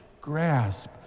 grasp